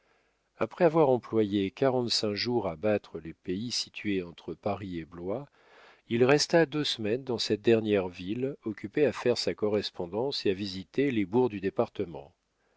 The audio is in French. après avoir employé quarante-cinq jours à battre les pays situés entre paris et blois il resta deux semaines dans cette dernière ville occupé à faire sa correspondance et à visiter les bourgs du département